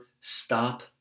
stop